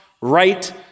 right